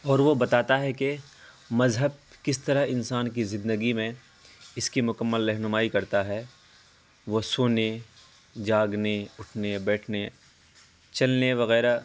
اور وہ بتاتا ہے کہ مذہب کس طرح انسان کی زندگی میں اس کی مکمل رہنمائی کرتا ہے وہ سونے جاگنے اٹھنے بیٹھنے چلنے وغیرہ